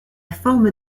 forme